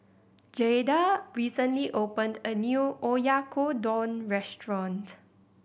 Jaida recently opened a new Oyakodon Restaurant